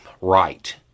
right